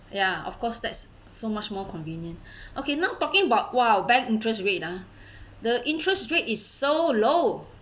ya of course that's so much more convenient okay now talking about !wow! bank interest rate ah the interest rate is so low